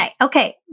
Okay